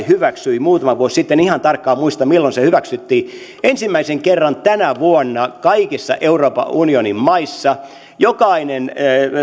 hyväksyi muutama vuosi sitten en ihan tarkkaan muista milloin se hyväksyttiin ensimmäisen kerran tänä vuonna kaikissa euroopan unionin maissa jokainen